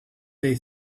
they